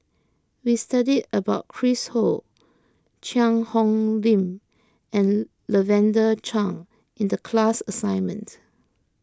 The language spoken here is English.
we studied about Chris Ho Cheang Hong Lim and Lavender Chang in the class assignment